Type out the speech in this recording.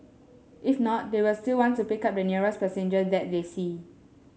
if not they will still want to pick up the nearest passenger that they see